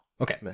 Okay